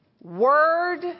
word